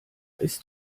ist